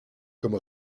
comme